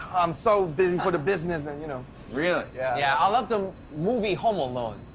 i'm so busy for the business, and you know. really? yeah. yeah, i love the movie home alone.